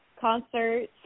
concerts